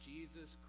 Jesus